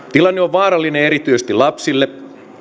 vaarallinen erityisesti lapsille